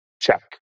check